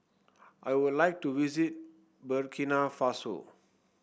I would like to visit Burkina Faso